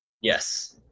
Yes